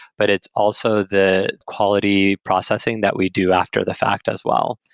but it's also the quality processing that we do after the fact as well.